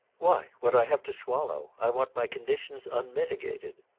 why what i have to swallow. i want my conditions unmitigated.